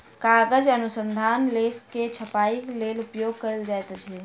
कागज अनुसंधान लेख के छपाईक लेल उपयोग कयल जाइत अछि